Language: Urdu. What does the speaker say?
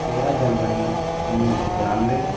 تیرہ جنوری انّیس سو ترانوے